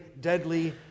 deadly